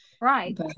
Right